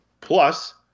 Plus